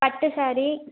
பட்டு ஸேரீ